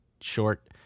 short